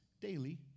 daily